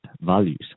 values